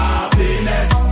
Happiness